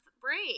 break